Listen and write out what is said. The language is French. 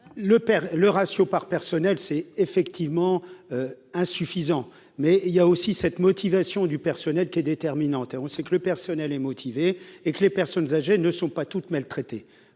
le ratio par personnel c'est effectivement insuffisant mais il y a aussi cette motivation du personnel qui est déterminante, on sait que le personnel est motivé et que les personnes âgées ne sont pas toutes maltraité